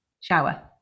shower